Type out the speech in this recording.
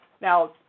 Now